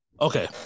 Okay